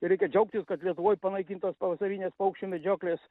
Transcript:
reikia džiaugtis kad lietuvoj panaikintos pavasarinės paukščių medžioklės